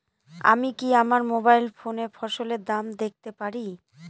আমি কি আমার মোবাইল ফোনে ফসলের দাম দেখতে পারি?